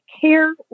care